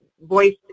voice